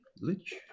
lich